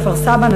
כפר-סבא,